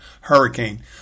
hurricane